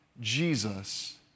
Jesus